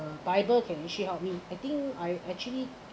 uh bible can actually help me I think I actually